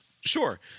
Sure